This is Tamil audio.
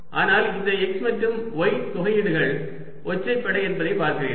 ஆனால் இந்த x மற்றும் y தொகையீடுகள் ஒற்றைப்படை என்று பார்க்கிறீர்கள்